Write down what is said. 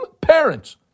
parents